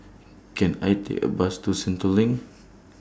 Can I Take A Bus to Sentul LINK